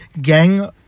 gang